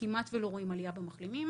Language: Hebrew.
כמעט ולא רואים עלייה במחלימים.